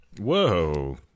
Whoa